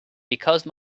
because